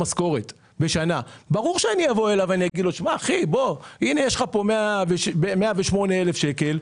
בשנה; ברור שאני אגיד לו: "יש לך פה 108,000 ₪,